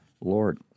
Lord